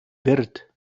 wirt